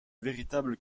véritable